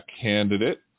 candidate